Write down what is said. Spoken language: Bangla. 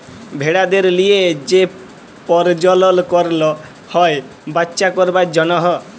ভেড়াদের লিয়ে যে পরজলল করল হ্যয় বাচ্চা করবার জনহ